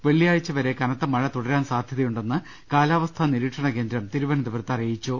വെള്ളിയാഴ്ച്ച വരെ കനത്ത മഴ തുടരാൻ സാധ്യതയുണ്ടെന്ന് കാലാവസ്ഥാ നിരീക്ഷണ കേന്ദ്രം തിരുവനന്തപുരത്ത് അറിയിച്ചു